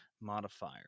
modifier